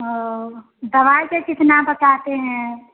और दवाई का कितना बताते हैं